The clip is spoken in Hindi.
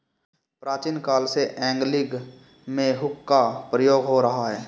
प्राचीन काल से एंगलिंग में हुक का प्रयोग हो रहा है